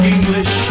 English